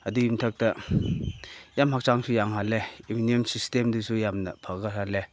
ꯑꯗꯨꯒꯤ ꯃꯊꯛꯇ ꯌꯥꯝ ꯍꯛꯆꯥꯡꯁꯨ ꯌꯥꯡꯍꯜꯂꯦ ꯏꯃ꯭ꯌꯨꯟ ꯁꯤꯁꯇꯦꯝꯗꯁꯨ ꯌꯥꯝꯅ ꯐꯒꯠꯍꯜꯂꯦ